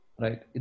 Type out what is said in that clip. Right